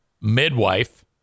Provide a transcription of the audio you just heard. midwife